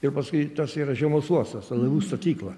ir paskui tas yra žiemos uostas laivų statykla